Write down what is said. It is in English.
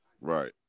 Right